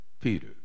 Peter